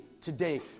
today